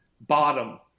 bottom